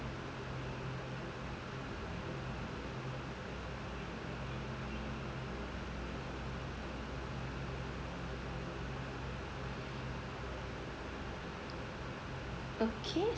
okay